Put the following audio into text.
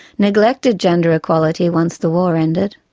neglected gender equality once the war ended.